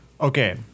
okay